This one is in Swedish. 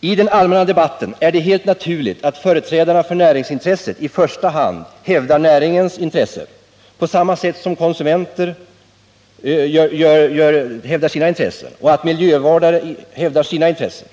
I den allmänna debatten är det helt naturligt att företrädarna för näringsintresset i första hand hävdar näringens intresse på samma sätt som konsumenter och miljövårdare hävdar sina intressen.